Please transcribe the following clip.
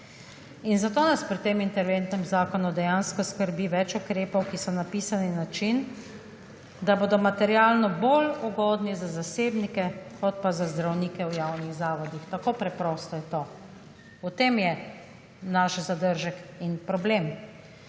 In zato nas pri tem interventnem zakonu dejansko skrbi več ukrepov, ki so napisani na način, da bodo materialno bolj ugodni za zasebnike kot pa za zdravnike v javnih zavodih. Tako preprosto je to, v tem je naš zadržek in problem.